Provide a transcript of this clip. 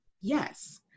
yes